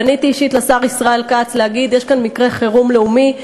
פניתי אישית לשר ישראל כץ כדי להגיד: יש כאן מקרה חירום לאומי,